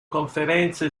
conferenze